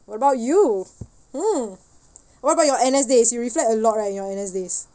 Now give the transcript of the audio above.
what about you hmm what about your N_S days you reflect a lot right in your N_S days